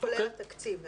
כולל התקציב גם.